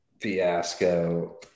fiasco